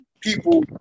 people